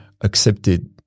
accepted